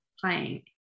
playing